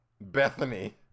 Bethany